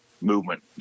movement